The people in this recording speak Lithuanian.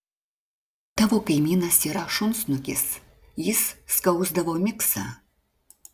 tavo kaimynas yra šunsnukis jis skausdavo miksą